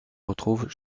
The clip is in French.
retrouvent